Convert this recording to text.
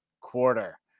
quarter